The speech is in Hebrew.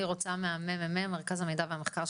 תשמעו מה אנחנו נעשה.